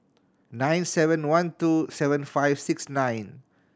nine seven one two seven five six nine